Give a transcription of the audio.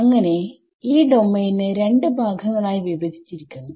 അങ്ങനെ ഈ ഡോമെയിൻ നെ രണ്ട് ഭാഗങ്ങൾ ആയി വിഭജിച്ചിരിക്കുന്നു